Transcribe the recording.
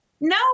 no